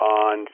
on